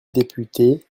député